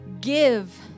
give